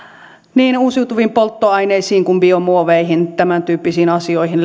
niin uusiutuviin polttoaineisiin kuin myös biomuoveihin lentokonepolttoaineisiin tämäntyyppisiin asioihin